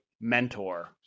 mentor